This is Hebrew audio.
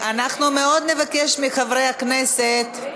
אנחנו נבקש מחברי הכנסת.